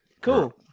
Cool